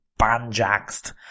banjaxed